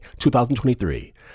2023